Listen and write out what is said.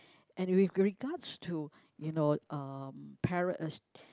and with regards to you know um parent uh stu~